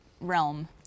realm